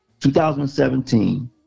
2017